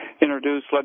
introduced